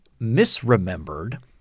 misremembered